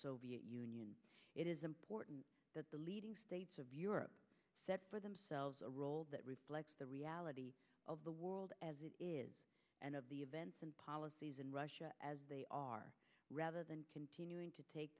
soviet union it is important that the leading states of europe set for themselves a role that reflects the reality of the world as it is and of the events and policies in russia as they are rather than continuing to take